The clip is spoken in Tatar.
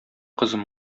кызым